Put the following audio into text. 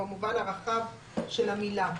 כי "מקום עבודה" אמרתם שזה במובן הרחב של המילה,